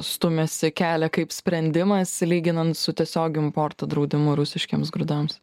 stumiasi kelią kaip sprendimas lyginant su tiesiog importo draudimu rusiškiems grūdams